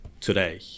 today